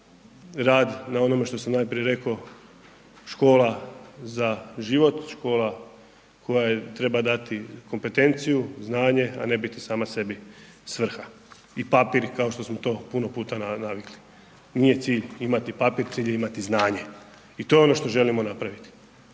rad na onome što sam najprije rekao, škola za život, škola koja treba dati kompetenciju, znanje, a ne biti sama sebi svrha i papir kao što smo to puno puta navikli. I nije cilj imati papir, cilj je imati znanje i to je ono što želimo napraviti.